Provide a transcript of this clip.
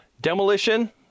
demolition